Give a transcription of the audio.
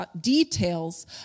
details